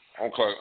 Okay